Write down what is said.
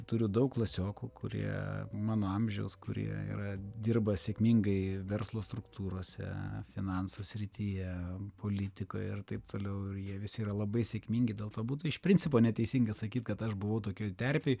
turiu daug klasiokų kurie mano amžiaus kurie yra dirba sėkmingai verslo struktūrose finansų srityje politikoje ir taip toliau ir jie visi yra labai sėkmingi dėl to būtų iš principo neteisinga sakyt kad aš buvau tokioj terpėj